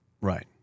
Right